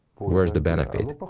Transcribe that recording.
where is the but favour?